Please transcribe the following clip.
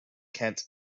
kent